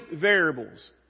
variables